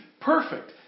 perfect